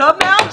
טוב מאוד.